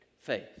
faith